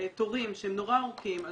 תורים שהם נורא ארוכים,